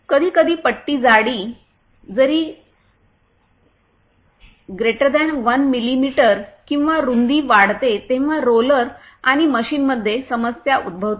कधीकधी पट्टी जाडी जरी 1 मिमी किंवा रूंदी वाढते तेव्हा रोलर आणि मशीनमध्ये समस्या उद्भवते